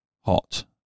hot